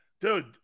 Dude